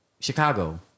Chicago